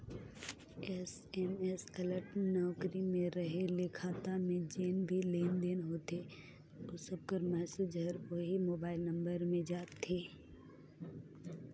SMS alert नउकरी में रहें ले खाता में जेन भी लेन देन होथे ओ सब कर मैसेज हर ओही मोबाइल नंबर में आथे